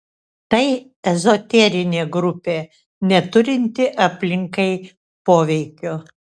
tai ezoterinė grupė neturinti aplinkai poveikio